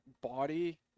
body